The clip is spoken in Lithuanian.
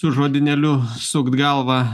su žodynėliu sukt galvą